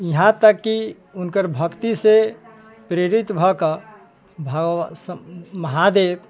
इहाँ तक कि उनकर भक्ति से प्रेरित भऽ कऽ भगवान महादेव